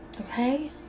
Okay